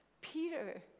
Peter